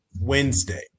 Wednesday